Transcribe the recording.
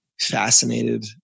fascinated